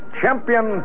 champion